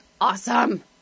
awesome